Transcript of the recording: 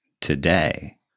today